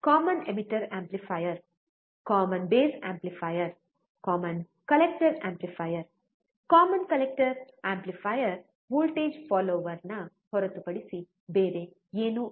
common emitter amplifier common base amplifier common collector amplifier common collector amplifier voltage follower ನ ಹೊರತುಪಡಿಸಿ ಬೇರೆ ಏನೂ ಅಲ್ಲ